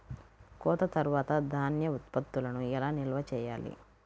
కోత తర్వాత ధాన్య ఉత్పత్తులను ఎలా నిల్వ చేయాలి?